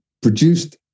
produced